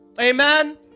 Amen